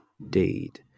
indeed